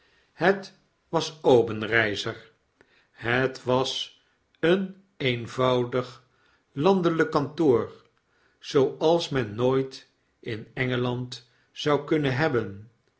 het was obenreizer het was een eenvoudig landelijk kantoor zooals men nooit in engeland zou kunnen hebben